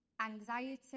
anxiety